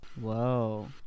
Whoa